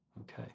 okay